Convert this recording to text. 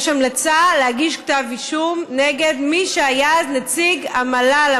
יש המלצה להגיש כתב אישום נגד מי שהיה אז נציג המל"ל,